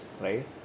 right